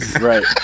Right